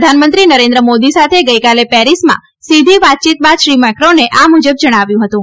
પ્રધાનમંત્રી નરેન્દ્ર મોદી સાથે ગઇકાલે પેરિસમાં સીધી વાતચીત બાદ શ્રી મેક્રોને આ મુજબ જજ્ઞાવ્યું હતું